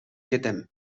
кетем